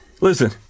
listen